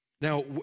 Now